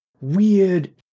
weird